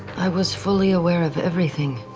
i was fully aware of everything.